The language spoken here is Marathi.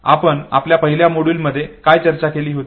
आपण आपल्या पहिल्या मॉड्यूलमध्ये काय चर्चा केली होती